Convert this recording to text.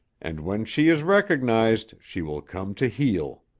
and when she is recognized she will come to heel.